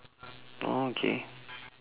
orh okay